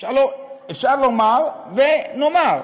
אפשר לומר, ונאמר: